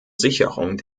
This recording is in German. sicherung